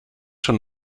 schon